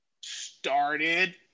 started